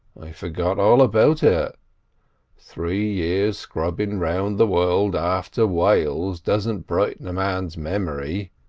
i forgot all about it three years scrubbing round the world after whales doesn't brighten a man's memory.